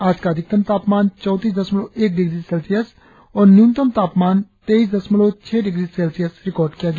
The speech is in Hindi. आज का अधिकतम तापमान चौतीस दशमलव एक डिग्री सेल्सियस और न्यूनतम तापमान तेईस दशमलव छह डिग्री सेल्सियस रिकार्ड किया गया